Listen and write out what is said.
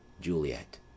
Juliet